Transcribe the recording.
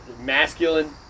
masculine